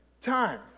time